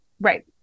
Right